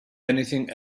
anything